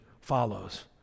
follows